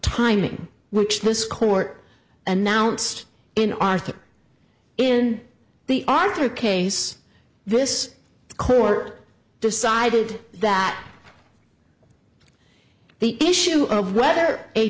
timing which this court announced in arthur in the arthur case this court decided that the issue of whether a